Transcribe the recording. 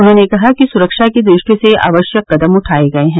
उन्होने कहा कि सुरक्षा की दृष्टि से आवश्यक कदम उठाये गये हैं